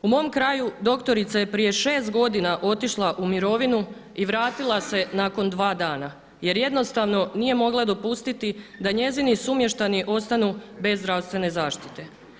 U mom kraju doktorica je prije šest godina otišla u mirovinu i vratila se nakon dva dana jer jednostavno nije mogla dopustiti da njezini sumještani ostanu bez zdravstvene zaštite.